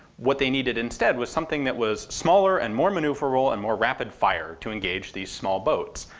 what they needed instead was something that was smaller and more manoeuverable and more rapid-fire to engage these small boats.